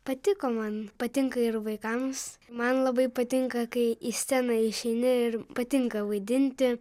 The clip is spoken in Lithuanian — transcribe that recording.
patiko man patinka ir vaikams man labai patinka kai į sceną išeini ir patinka vaidinti